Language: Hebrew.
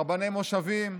רבני מושבים.